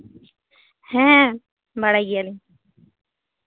ᱦᱮᱸ ᱵᱟᱲᱟᱭ ᱜᱮᱭᱟᱞᱤᱧ